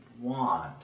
want